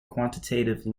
quantitative